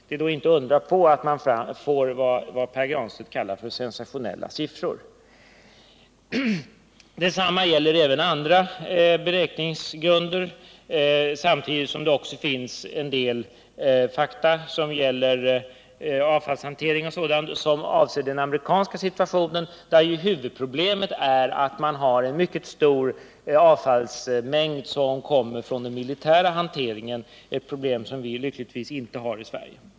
Det är då inte att undra på att man fick fram vad Pär Granstedt kallar sensationella siffror. Detsamma gäller även andra beräkningsgrunder. Det redovisas också en del fakta beträffande avfallshanteringen som avser den amerikanska situationen, där ju huvudproblemet är att man har en mycket stor avfallsmängd från den militära hanteringen — ett problem som vi lyckligtvis inte har i Sverige.